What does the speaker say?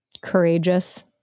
courageous